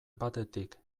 batetik